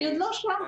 אני עוד לא שם.